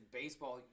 baseball